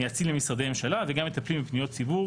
מייעצים למשרדי ממשלה וגם מטפלים בפניות ציבור